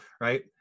Right